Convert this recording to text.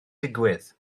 digwydd